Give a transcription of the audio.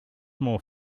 more